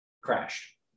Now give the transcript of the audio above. crashed